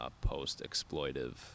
post-exploitive